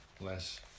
less